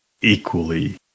Equally